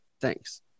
thanks